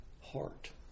heart